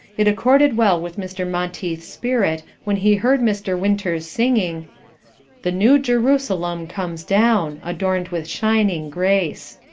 it accorded well with mr. monteith's spirit when he heard mr. winters singing the new jerusalem comes down. adorned with shining grace.